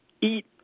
eat